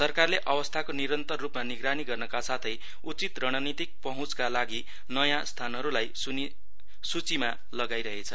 सरकारले अवस्थाको निरन्तर रूपमा निगरानी गर्नका साथै उचित रणनीतिक पहुँचका लागि नयाँ स्थानहरूलाई सूचीमा लगाइ रहेछ